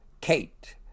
Kate